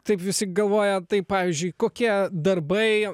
taip visi galvoja tai pavyzdžiui kokie darbai